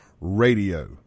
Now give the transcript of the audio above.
radio